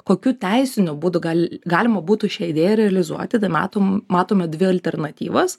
kokiu teisiniu būdu galima būtų šią idėją realizuoti tai matome dvi alternatyvas